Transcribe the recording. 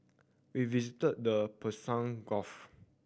we visited the Persian Gulf